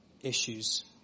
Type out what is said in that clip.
issues